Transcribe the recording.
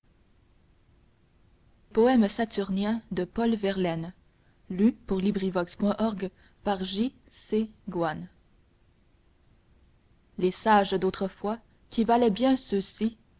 poèmes saturniens les sages d'autrefois qui valaient bien ceux-ci